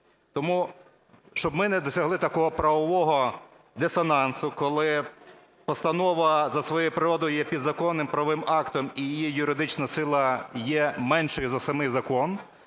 Тому, щоб ми не досягли такого правового дисонансу, коли постанова за своєю природою є підзаконним правовим актом і її юридична сила є меншою за самий закон,